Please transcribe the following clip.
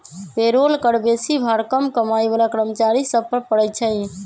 payroll कर बेशी भार कम कमाइ बला कर्मचारि सभ पर पड़इ छै